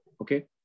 Okay